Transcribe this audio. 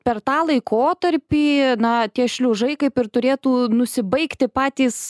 per tą laikotarpį na tie šliužai kaip ir turėtų nusibaigti patys